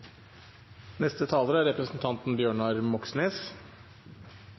Neste taler er